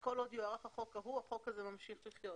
וכל עוד יוארך החוק ההוא, החוק הזה ממשיך לחיות.